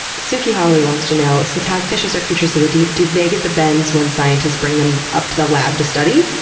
suki hawley wants to know since hagfish are creatures of the deep, do they get the bends when scientists bring them up to the lab to study?